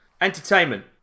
Entertainment